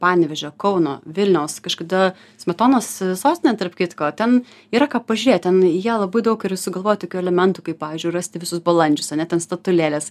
panevėžio kauno vilniaus kažkada smetonos sostinė tarp kitko ten yra ką pažiūrėt ten jie labai daug yra sugalvoję tokių elementų kaip pavyzdžiui rasti visus balandžius ane ten statulėlės